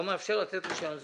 לא מאפשר לתת רישיון זמני?